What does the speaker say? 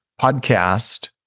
podcast